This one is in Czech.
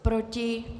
Proti?